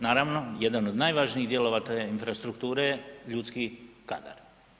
Naravno, jedan od najvažnijih dijelova te infrastrukture je ljudski kadar.